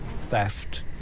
theft